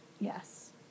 Yes